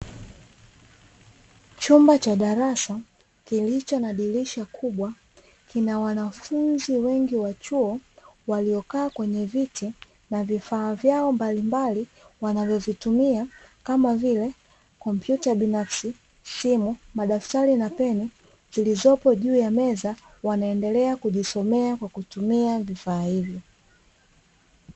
Chumba cha darasa kilicho na dirisha kubwa, kina wanafunzi wengi wa chuo waliokaa kwenye viti na vifaa vyao mbalimbali wanavyovitumia kama vile: kompyuta binafsi, simu, madaftari na peni zilizopo juu ya meza, wanaendelea kujisomea kwa kutumia vifaa hivyo.